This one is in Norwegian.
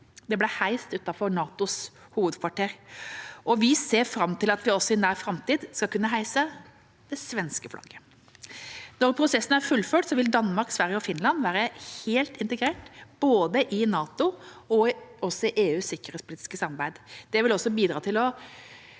ble heist utenfor NATOs hovedkvarter. Vi ser fram til at vi også i nær framtid skal kunne heise det svenske flagget. Når prosessene er fullført, vil Danmark, Sverige og Finland være helt integrert, både i NATO og i EUs sikkerhetspolitiske samarbeid.